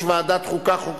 בדומה לכל בעל מקצוע אחר,